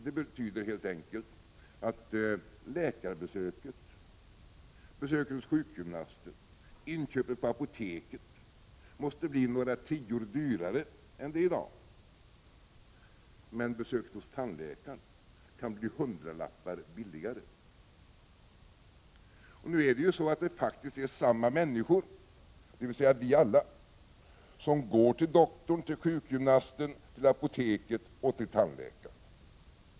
Det betyder helt enkelt att läkarbesöket, besöket hos sjukgymnasten och inköpet på apoteket måste bli några tior dyrare än de är i dag. Men besöket hos tandläkaren kan bli hundralappar billigare. Det är ju faktiskt samma människor, dvs. vi alla, som går till doktorn, till sjukgymnasten, till apoteket och till tandläkaren.